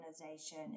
organization